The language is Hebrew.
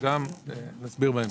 וגם את זה נסביר בהמשך.